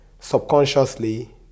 subconsciously